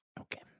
Okay